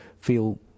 feel